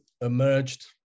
emerged